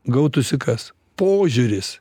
gautųsi kas požiūris